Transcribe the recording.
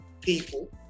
people